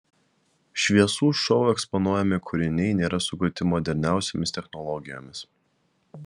šviesų šou eksponuojami kūriniai nėra sukurti moderniausiomis technologijomis